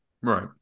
Right